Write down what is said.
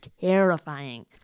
Terrifying